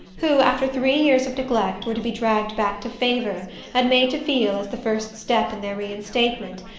who, after three years of neglect, were to be dragged back to favour and made to feel, as the first step in their reinstatement,